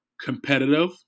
competitive